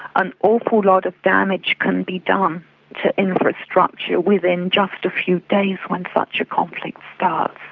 an awful lot of damage can be done to infrastructure within just a few days when such a conflict starts.